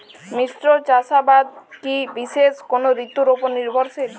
মিশ্র চাষাবাদ কি বিশেষ কোনো ঋতুর ওপর নির্ভরশীল?